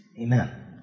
Amen